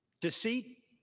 deceit